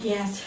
Yes